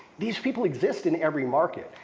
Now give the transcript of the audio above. these people exist in every market.